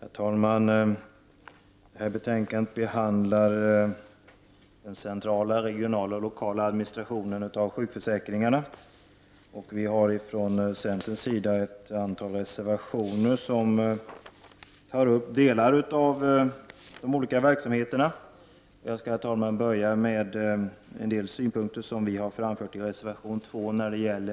Herr talman! Det här betänkandet behandlar den centrala, regionala och lokala administrationen av sjukförsäkringarna. Vi har från centerns sida ett antal reservationer som tar upp delar av de olika verksamheterna. Jag skall börja med en del synpunkter som vi har framfört i reservation 2 om